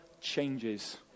changes